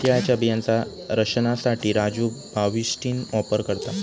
तिळाच्या बियांचा रक्षनासाठी राजू बाविस्टीन वापर करता